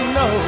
no